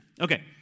Okay